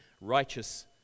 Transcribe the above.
Righteous